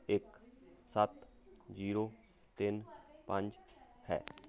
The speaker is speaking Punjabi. ਇੱਕ ਸੱਤ ਜੀਰੋ ਤਿੰਨ ਪੰਜ ਹੈ